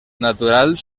natural